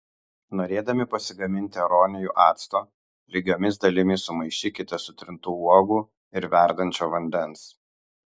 norėdami pasigaminti aronijų acto lygiomis dalimis sumaišykite sutrintų uogų ir verdančio vandens